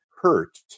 hurt